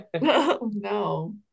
No